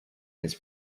his